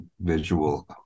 visual